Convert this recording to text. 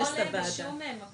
זה לא עולה בשום מקום.